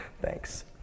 Thanks